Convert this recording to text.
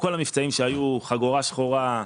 בכל המבצעים שהיו "חגורה שחורה",